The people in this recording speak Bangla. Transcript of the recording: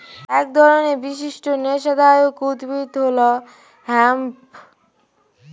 এক ধরনের বিশিষ্ট নেশাদায়ক উদ্ভিদ হল হেম্প